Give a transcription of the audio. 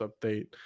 update